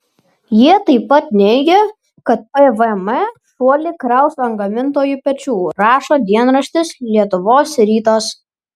jie taip pat neigia kad pvm šuolį kraus ant gamintojų pečių rašo dienraštis lietuvos rytas